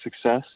success